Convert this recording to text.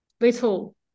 little